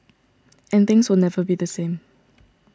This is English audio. and things will never be the same